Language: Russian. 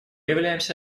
являемся